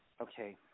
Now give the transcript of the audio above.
Okay